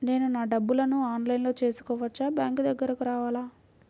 నేను నా డబ్బులను ఆన్లైన్లో చేసుకోవచ్చా? బ్యాంక్ దగ్గరకు రావాలా?